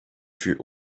fut